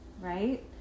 right